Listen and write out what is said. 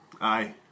Aye